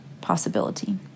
possibility